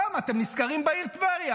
שם אתם נזכרים בעיר טבריה.